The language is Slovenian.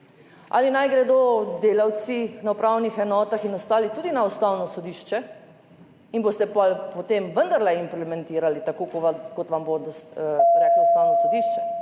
ali naj gredo delavci na upravnih enotah in ostali tudi na Ustavno sodišče in boste pa potem vendarle implementirali tako, kot vam bo reklo Ustavno sodišče?